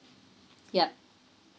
yup